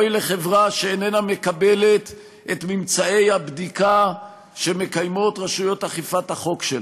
אוי לחברה שאינה מקבלת את ממצאי הבדיקה שמקיימות רשויות אכיפת החוק שלה,